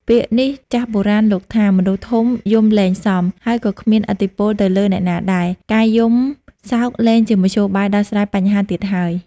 ពាក្យនេះចាស់បុរាណលោកថា មនុស្សធំយំលែងសម ហើយក៏គ្មានឥទ្ធិពលទៅលើអ្នកណាដែរ ការយំសោកលែងជាមធ្យោបាយដោះស្រាយបញ្ហាទៀតហើយ។